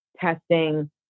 testing